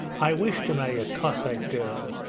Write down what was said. i wish to marry a cossack girl,